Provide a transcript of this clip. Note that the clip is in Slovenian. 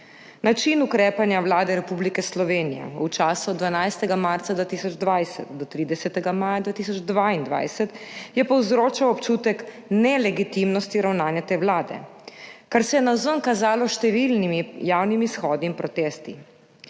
Način ukrepanja Vlade Republike Slovenije v času od 12. marca 2020 do 30. maja 2022 je povzročal občutek nelegitimnosti ravnanja te vlade, kar se je navzven kazalo s številnimi javnimi shodi in protesti.